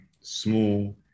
small